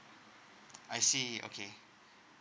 I see okay